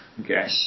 Okay